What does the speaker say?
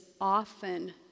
often